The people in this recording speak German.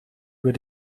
über